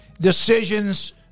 decisions